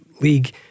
league